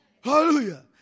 Hallelujah